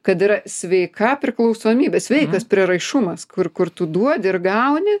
kad yra sveika priklausomybė sveikas prieraišumas kur kur tu duodi ir gauni